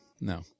no